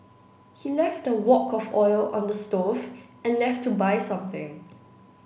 he left a wok of oil on the stove and left to buy something